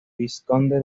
vizconde